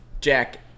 Jack